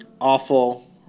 Awful